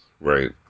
Right